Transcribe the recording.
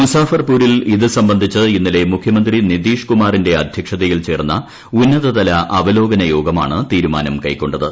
മുസാഫർപൂരിൽ ഇതുസംബന്ധിച്ച് ഇന്നലെ മുഖ്യമന്ത്രി നിതീഷ്കുമാറിന്റെ അധൃക്ഷതയിൽ ചേർന്ന ഉന്നതതല അവലോകന യോഗമാണ് തീരുമാനം കൈക്കൊണ്ടത്